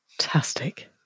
Fantastic